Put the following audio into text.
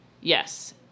Yes